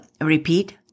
repeat